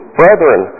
brethren